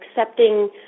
accepting